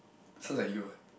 sounds like you eh